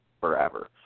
forever